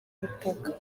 ubutaka